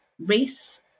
Race